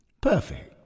Perfect